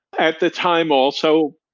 at the time, also,